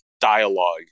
dialogue